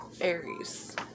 Aries